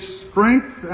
strength